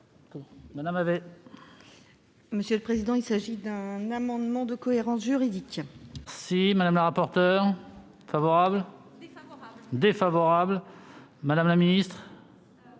Mme la ministre.